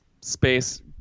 space